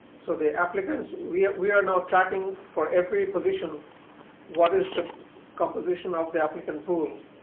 so the applicants, we we are now tracking for every position what is the composition of the applicant pool